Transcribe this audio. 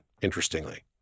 interestingly